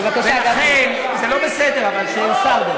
אבל זה לא בסדר שאין שר, דרך אגב.